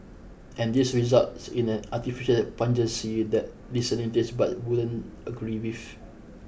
and this results in an artificial pungency that discerning taste buds wouldn't agree with